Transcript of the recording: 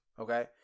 okay